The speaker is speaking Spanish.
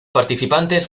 participantes